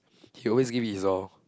he always give his orh